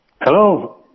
Hello